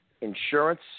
insurance